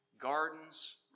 gardens